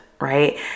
right